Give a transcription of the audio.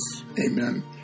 Amen